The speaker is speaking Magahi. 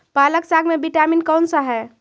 पालक साग में विटामिन कौन सा है?